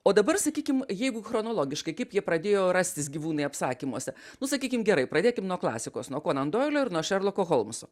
o dabar sakykim jeigu chronologiškai kaip jie pradėjo rastis gyvūnai apsakymuose nu sakykim gerai pradėkim nuo klasikos nuo konan doilio ir nuo šerloko holmso